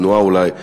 התנועה אולי,